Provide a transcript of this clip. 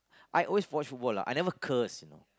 I always watch football lah I never curse you know